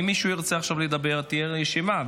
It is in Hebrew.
מישהו ירצה עכשיו לדבר, תהיה רשימה.